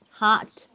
hot